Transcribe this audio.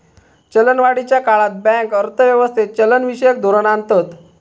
चलनवाढीच्या काळात बँक अर्थ व्यवस्थेत चलनविषयक धोरण आणतत